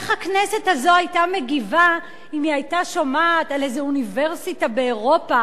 איך הכנסת הזאת היתה מגיבה אם היא היתה שומעת על אוניברסיטה באירופה